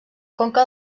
conca